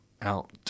Out